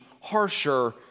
harsher